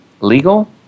legal